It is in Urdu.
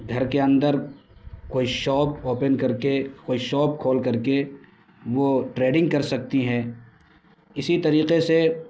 گھر کے اندر کوئی شاپ اوپن کر کے کوئی شاپ کھول کر کے وہ ٹریڈنگ کر سکتی ہیں اسی طریقے سے